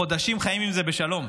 חודשים חיים עם זה בשלום.